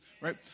Right